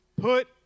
put